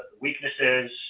weaknesses